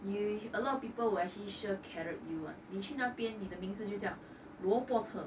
you a lot of people will actually sure carrot you one 你去那边你的名字就叫萝卜特